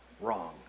wrong